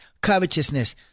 covetousness